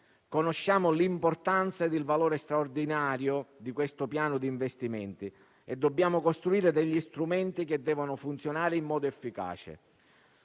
Conosciamo l'importanza e il valore straordinario di questo piano di investimenti e dobbiamo costruire degli strumenti che devono funzionare in modo efficace.